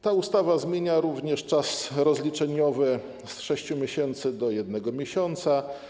Ta ustawa zmienia również czas rozliczeniowy z 6 miesięcy do 1 miesiąca.